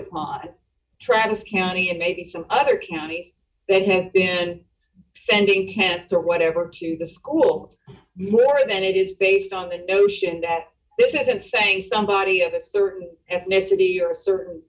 upon travis county and maybe some other counties that have been sending tents or whatever to the schools more than it is based on the ocean that this isn't saying somebody of a certain ethnicity or a certain